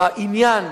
העניין